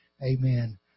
Amen